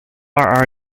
are